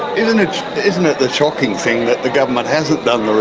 isn't isn't it the shocking thing that the government hasn't done